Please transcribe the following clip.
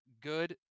good